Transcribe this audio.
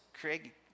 Craig